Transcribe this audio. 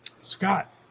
Scott